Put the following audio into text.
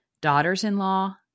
Daughters-in-law